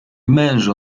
mężu